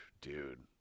Dude